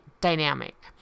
dynamic